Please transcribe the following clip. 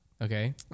Okay